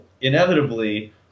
inevitably